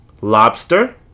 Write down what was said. Lobster